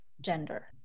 gender